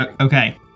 Okay